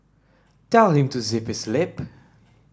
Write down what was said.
tell him to zip his lip